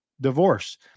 divorce